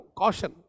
caution